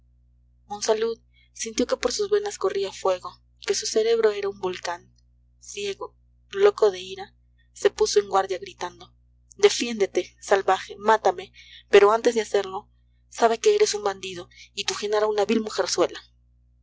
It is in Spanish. espúreo monsalud sintió que por sus venas corría fuego que su cerebro era un volcán ciego loco de ira se puso en guardia gritando defiéndete salvaje mátame pero antes de hacerlo sabe que eres un bandido y tu genara una vil mujerzuela